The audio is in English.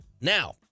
Now